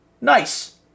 Nice